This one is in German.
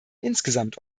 insgesamt